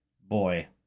boy